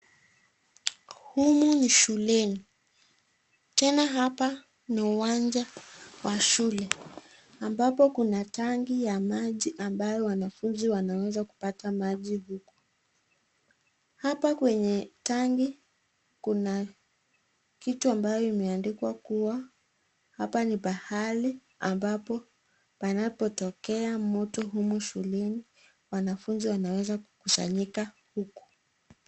Humu ni shuleni tena hapa ni uwanja wa shule ambapo kuna tangi ambayo wanafunzi wanaweza kupata maji huku. Hapa kwenye tangi kuna kitu imeandikwa kuwa hapa ni pahali ambapo panapotokea moto humu shuleni wanafunzi wanaweza kusanyika huku.